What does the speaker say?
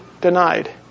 denied